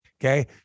okay